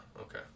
okay